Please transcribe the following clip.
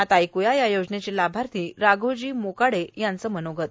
आता ऐकू या योजनेचे लाभार्थी राघोजी मोकाडे यांचं मनोगत